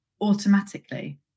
automatically